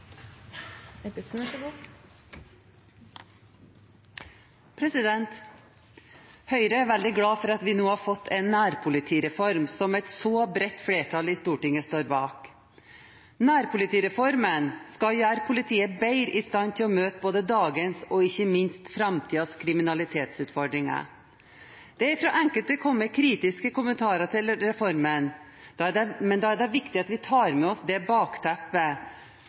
så bredt flertall i Stortinget står bak. Nærpolitireformen skal gjøre politiet bedre i stand til å møte både dagens og ikke minst framtidens kriminalitetsutfordringer. Det er fra enkelte kommet kritiske kommentarer til reformen, men da er det viktig at vi tar med oss det bakteppet